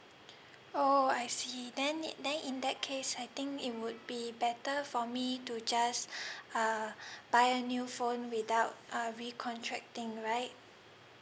oo I see then it then in that case I think it would be better for me to just uh buy a new phone without uh recontracting right